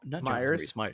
Myers